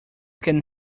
can